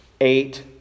eight